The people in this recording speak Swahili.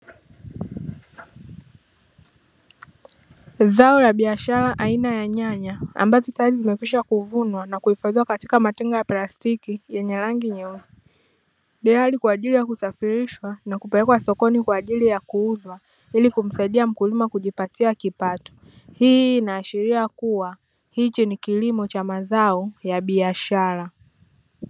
Zao la biashara aina ya nyanya, ambazo tayari zimekwisha kuvunwa na kuhifadhiwa katika matenga ya plastiki yenye rangi nyeusi. Tayari kwa ajili ya kusafirishwa na kupelekwa sokoni kwa ajili ya kuuzwa ili kumsaidia mkulima kujipatia kipato. Hii inaashiria kuwa hichi ni kilimo cha mazao ya biashara.